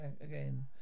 Again